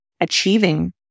achieving